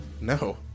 No